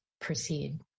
proceed